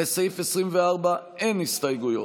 לסעיף 24 אין הסתייגויות.